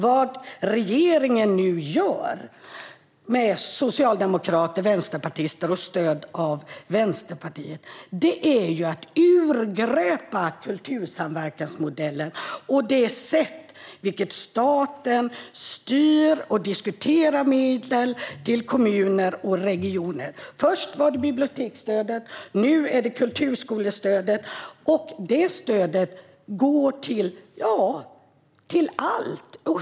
Vad regeringen, med socialdemokrater och miljöpartister och med stöd från Vänsterpartiet, nu gör är att urgröpa kultursamverkansmodellen och det sätt på vilket staten styr och diskuterar medel till kommuner och regioner. Först var det biblioteksstödet; nu är det kulturskolestödet. Det stödet går till allt.